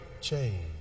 change